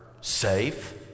safe